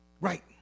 Right